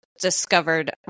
discovered